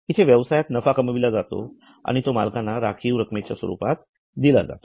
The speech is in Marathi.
इथे व्यवसायात नफा कमविला जातो आणि तो मालकांना राखीव रक्कमेच्या स्वरूपात दिला जातो